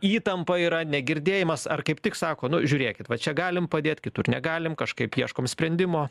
įtampa yra negirdėjimas ar kaip tik sako nu žiūrėkit va čia galim padėt kitur negalim kažkaip ieškom sprendimo